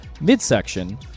midsection